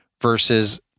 versus